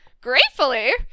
gratefully